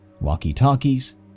Walkie-talkies